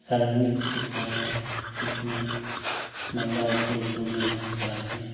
सार्वजनिक चिकित्सालय है जिसमें महिला और पुरुष दोनों इलाज कराते हैं